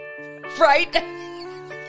Right